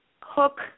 hook